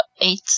eight